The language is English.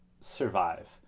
survive